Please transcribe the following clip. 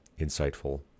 insightful